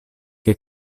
che